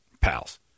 pals